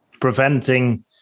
Preventing